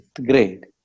grade